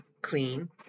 clean